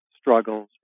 struggles